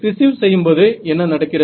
receive செய்யும்போது என்ன நடக்கிறது